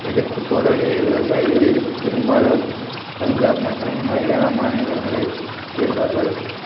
எதிர்த்துப் போராடிய விவசாயிகளில் பெரும்பாலோர் பஞ்சாப் மற்றும் ஹரியானா மாநிலங்களைச் சேர்ந்தவர்கள்